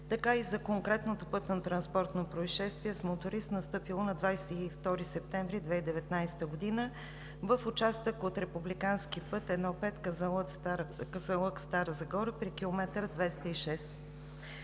така и за конкретното пътнотранспортно произшествие с моторист, настъпило на 22 септември 2019 г. в участък от републикански път I 5 Казанлък – Стара Загора при км 206.